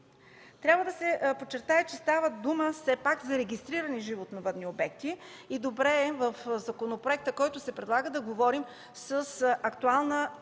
Трябва да се подчертае, че става дума все пак за регистрирани животновъдни обекти и е добре в законопроекта, който се предлага, да говорим с актуалната